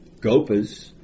Gopas